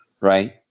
right